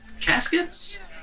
caskets